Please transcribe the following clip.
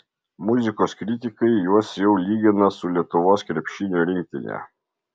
muzikos kritikai juos jau lygina su lietuvos krepšinio rinktine